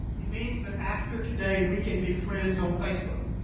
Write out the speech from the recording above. it means that after today, we can be friends on facebook.